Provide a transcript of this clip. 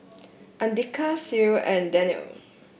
Andika Sri and Danial